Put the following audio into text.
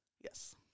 Yes